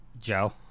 Joe